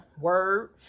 word